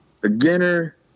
beginner